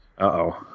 Uh-oh